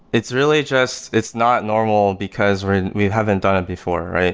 it's really just, it's not normal, because we we haven't done it before,